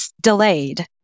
delayed